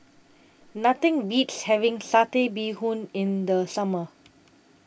Nothing Beats having Satay Bee Hoon in The Summer